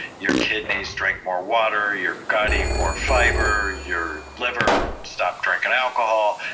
your kidneys, drink more water. your gut, eat more fiber. your liver, stop drinking alcohol,